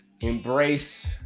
embrace